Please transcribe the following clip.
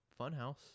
Funhouse